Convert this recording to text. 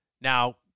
Now